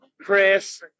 Chris